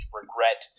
regret